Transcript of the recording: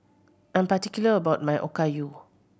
I'm particular about my Okayu